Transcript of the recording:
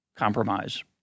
compromise